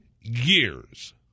years